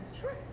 sure